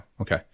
Okay